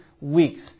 weeks